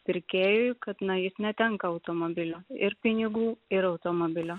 pirkėjui kad na jis netenka automobilio ir pinigų ir automobilio